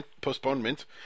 postponement